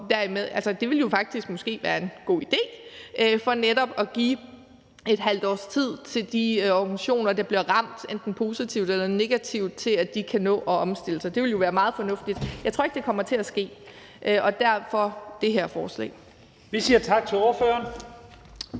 Det ville jo faktisk måske være en god idé for netop at give organisationer, der bliver ramt enten positivt eller negativt, et halvt års tid til, at de kan nå at omstille sig. Det ville jo være fornuftigt. Jeg tror ikke, det kommer til at ske, og derfor har vi det her forslag. Kl. 11:46 Første næstformand